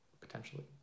potentially